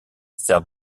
sert